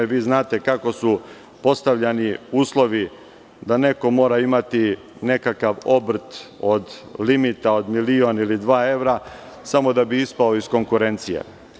Vi znate kako su postavljani uslovi da neko mora imati nekakav obrt od limita od milion ili dva evra samo da bi ispao iz konkurencije.